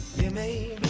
you may